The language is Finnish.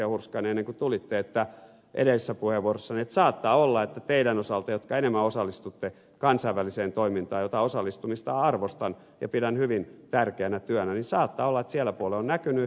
hurskainen ennen kuin tulitte edellisessä puheenvuorossani että saattaa olla että teidän osaltanne jotka enemmän osallistutte kansainväliseen toimintaan jota osallistumista arvostan ja pidän hyvin tärkeänä työnä sillä puolella on näkynyt